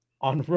on